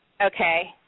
okay